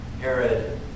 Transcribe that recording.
Herod